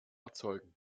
erzeugen